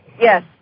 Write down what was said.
Yes